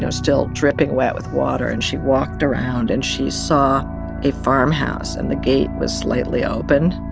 so still dripping wet with water. and she walked around. and she saw a farmhouse, and the gate was slightly open.